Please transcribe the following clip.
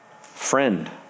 Friend